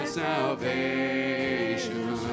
salvation